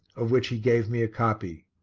of which he gave me a copy.